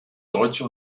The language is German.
deutsche